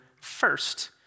first